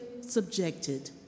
subjected